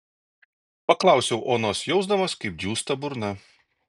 paklausiau onos jausdamas kaip džiūsta burna